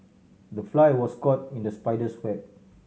the fly was caught in the spider's web